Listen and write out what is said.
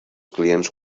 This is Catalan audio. clients